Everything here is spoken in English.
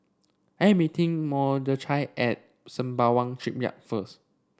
I am meeting Mordechai at Sembawang Shipyard first